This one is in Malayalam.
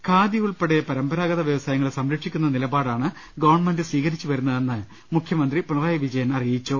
ഖാദി ഉൾപ്പെടെ പരമ്പരാഗത വൃവസായങ്ങളെ സംരക്ഷിക്കുന്ന നിലപാടാണ് ഗവൺമെന്റ് സ്വീകരിച്ചു വരുന്നതെന്ന് മുഖ്യമന്ത്രി പിണറായി വിജയൻ പറഞ്ഞു